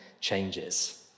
changes